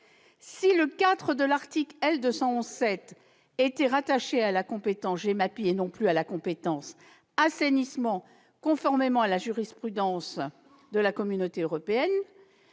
du code de l'environnement était rattaché à la compétence GEMAPI et non plus à la compétence assainissement, conformément à la jurisprudence de la Communauté européenne,